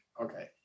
Okay